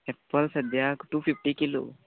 Apple सद्द्याक two fifty kilo